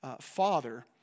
father